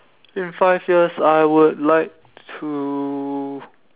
in five years I would like to